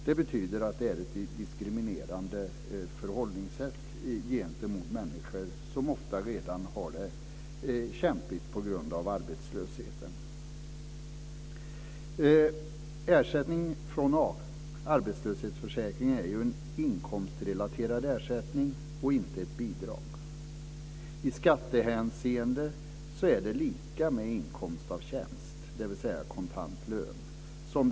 Det betyder att det är ett diskriminerande förhållningssätt gentemot människor som ofta redan har det kämpigt på grund av arbetslöshet. Ersättning från arbetslöshetsförsäkringen är ju en inkomstrelaterad ersättning och inte ett bidrag. I skattehänseende är det lika med inkomst av tjänst, dvs. kontant lön.